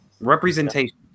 representation